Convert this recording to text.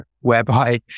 whereby